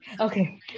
Okay